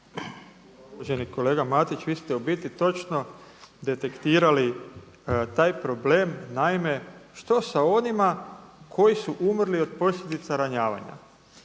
Uvaženi kolega Matić vi ste u biti točno detektirali taj problem. Naime što sa onima koji su umrli od posljedica ranjavanja.